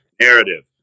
narrative